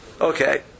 Okay